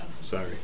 sorry